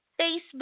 Facebook